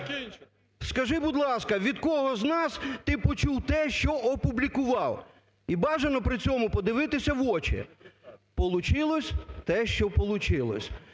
"Скажи, будь ласка, від кого з нас ти почув те, що опублікував? І бажано при цьому подивитися в очі". Получилось те, що